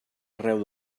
arreu